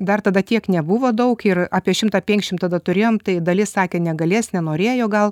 dar tada tiek nebuvo daug ir apie šimtą penkšim tada turėjom tai dalis sakė negalės nenorėjo gal